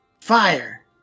Fire